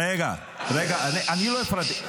רגע, רגע, אני לא הפרעתי.